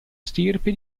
stirpe